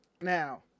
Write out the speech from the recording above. Now